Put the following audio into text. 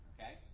Okay